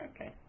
okay